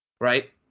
right